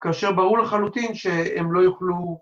‫כאשר ברור לחלוטין שהם לא יוכלו...